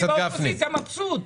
אני באופוזיציה, מבסוט.